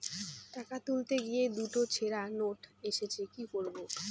টাকা তুলতে গিয়ে দুটো ছেড়া নোট এসেছে কি করবো?